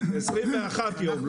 21 יום.